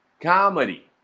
Comedy